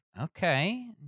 Okay